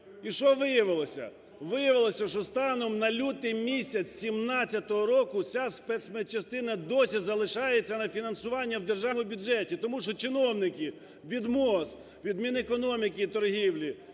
І що виявилося? Виявилося, що станом на лютий місяць 17 року вся спецмедчастина досі залишається на фінансуванні в державному бюджеті, тому що чиновники від МОЗ, від Мінекономіки і торгівлі,